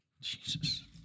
Jesus